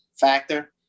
factor